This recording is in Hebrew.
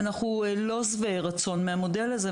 אנחנו לא שבעי רצון מהמודל הזה,